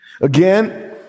Again